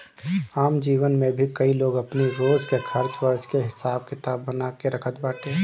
आम जीवन में भी कई लोग अपनी रोज के खर्च वर्च के हिसाब किताब बना के रखत बाटे